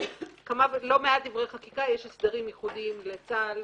בלא מעט דברי חקיקה יש הסדרים ייחודיים לצה"ל.